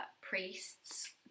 priests